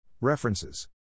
References